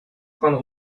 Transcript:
point